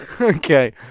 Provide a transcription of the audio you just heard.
okay